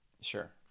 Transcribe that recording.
Sure